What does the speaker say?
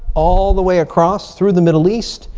all the way across through the middle east.